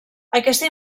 aquesta